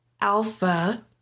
alpha